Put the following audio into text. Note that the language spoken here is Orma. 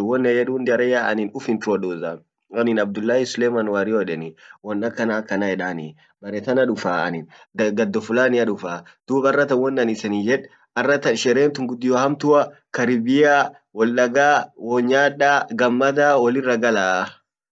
won an yedun jaran yaa anin uf introduza anin abdullahi suleiman wario edenii won akana akana edanii bare tana dufaa anin ,dadho fulania dufaaa dub arratan waan isenin yed arratan sherentun gudio hamtua karibia woldagaa wonyadaa gammadaa wollira garaa.